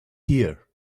here